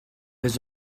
his